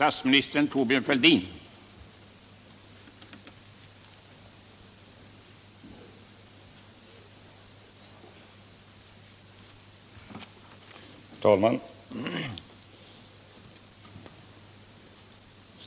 Herr talman!